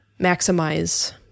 maximize